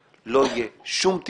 לא יהיו שום רשימות שחורות,